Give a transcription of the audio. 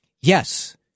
yes